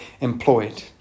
employed